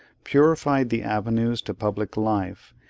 purified the avenues to public life,